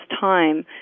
time